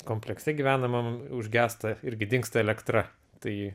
komplekse gyvenamam užgęsta irgi dingsta elektra tai